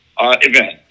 event